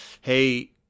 hey